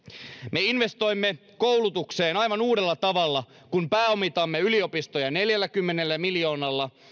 me investoimme koulutukseen aivan uudella tavalla kun pääomitamme yliopistoja neljälläkymmenellä miljoonalla